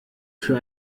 für